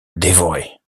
dévorer